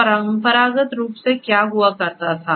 तो परंपरागत रूप से क्या हुआ करता था